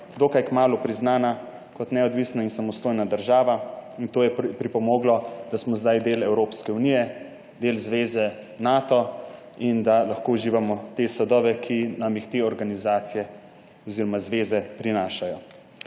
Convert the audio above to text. dokaj kmalu priznana kot neodvisna in samostojna država in to je pripomoglo, da smo zdaj del Evropske unije, del zveze Nato in da lahko uživamo te sadove, ki nam jih te organizacije oziroma zveze prinašajo.